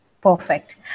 Perfect